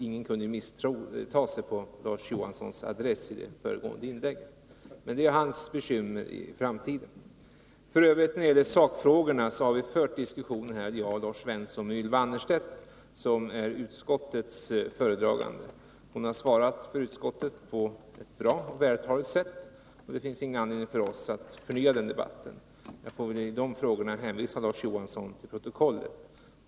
Ingen kunde ju missta sig på vem Larz Johansson adresserade sig till i det föregående inlägget. Men det är hans bekymmer i framtiden. När det gäller sakfrågorna har diskussionen f.ö. förts mellan mig, Lars Svensson och Ylva Annerstedt, som är utskottets företrädare. Hon har svarat för utskottet på ett bra och vältaligt sätt. Det finns ingen anledning för oss att ånyo föra den debatten. Jag får väl i de frågorna hänvisa Larz Johansson till protokollet.